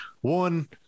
One